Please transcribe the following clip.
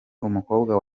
umukobwa